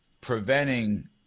preventing